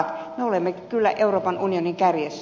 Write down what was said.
me olemme kyllä euroopan unionin kärjessä